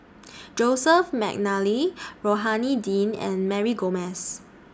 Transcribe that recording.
Joseph Mcnally Rohani Din and Mary Gomes